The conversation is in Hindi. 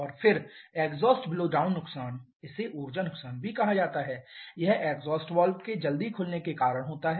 और फिर एग्जॉस्ट ब्लो डाउन नुकसान इसे ऊर्जा नुकसान कहा जाता है यह एग्जॉस्ट वाल्व के जल्दी खुलने के कारण होता है